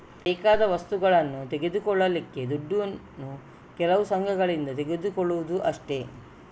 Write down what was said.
ಬೇಕಾದ ವಸ್ತುಗಳನ್ನ ತೆಗೆದುಕೊಳ್ಳಿಕ್ಕೆ ದುಡ್ಡನ್ನು ಕೆಲವು ಸಂಘಗಳಿಂದ ತಗೊಳ್ಳುದು ಅಷ್ಟೇ